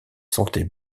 sentait